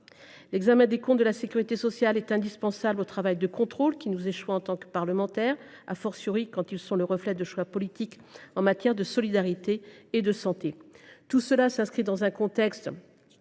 L’examen des comptes de la sécurité sociale est indispensable au travail de contrôle qui nous échoit en tant que parlementaires, lorsque ceux ci sont le reflet de choix politiques en matière de solidarité et de santé. Tout cela s’inscrit dans un contexte